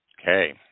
Okay